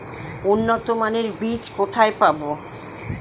উন্নতমানের বীজ কোথায় পাব?